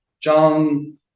John